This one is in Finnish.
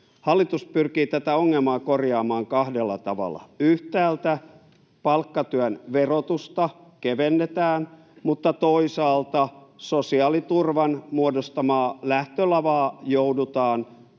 Hallitus pyrkii tätä ongelmaa korjaamaan kahdella tavalla. Yhtäältä palkkatyön verotusta kevennetään, mutta toisaalta sosiaaliturvan muodostamaa lähtölavaa joudutaan